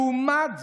לעומת זאת,